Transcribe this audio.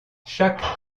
chaque